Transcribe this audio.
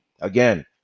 Again